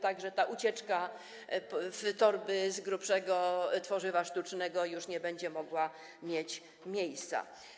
Tak że ta ucieczka w torby z grubszego tworzywa sztucznego już nie będzie mogła mieć miejsca.